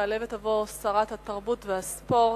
תעלה ותבוא שרת התרבות והספורט.